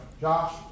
Josh